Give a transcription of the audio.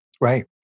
Right